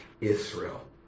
Israel